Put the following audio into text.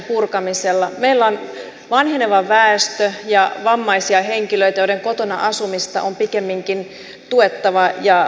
meillä on vanheneva väestö ja vammaisia henkilöitä joiden asumista kotona on pikemminkin tuettava ja kannustettava